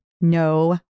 No